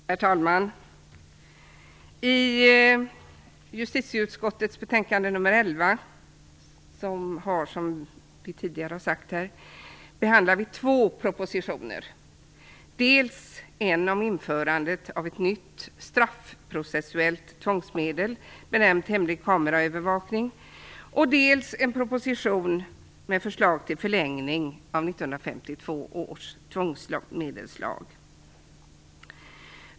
Herr talman! I justitieutskottets betänkande nr 11 behandlas två propositioner. Det gäller dels en proposition benämnd Hemlig kameraövervakning som handlar om införandet av ett nytt straffprocessuellt tvångsmedel, dels en proposition med förslag till en förlängning av 1952 års tvångsmedelslag.